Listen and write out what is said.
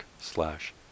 slash